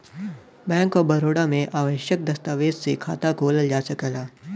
bank of Baroda में आवश्यक दस्तावेज से खाता खोलल जा सकला